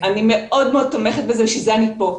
אני מאוד תומכת בזה, בשביל זה אני פה.